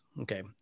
Okay